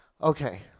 Okay